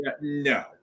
No